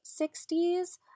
60s